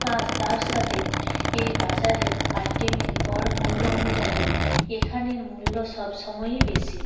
আর তার সাথে এই বাজারের আইটেমের গড় মূল্য অনুযায়ী এখানের মূল্য সবসময়ই বেশি